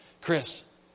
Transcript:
Chris